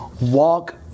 Walk